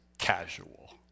casual